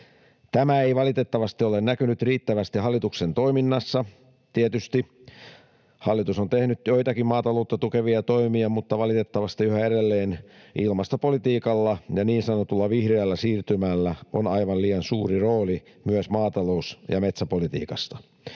Tämä ei valitettavasti ole näkynyt riittävästi hallituksen toiminnassa. Tietysti hallitus on tehnyt joitakin maataloutta tukevia toimia, mutta valitettavasti yhä edelleen ilmastopolitiikalla ja niin sanotulla vihreällä siirtymällä on aivan liian suuri rooli myös maatalous- ja metsäpolitiikassa.